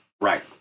right